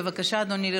בבקשה, אדוני.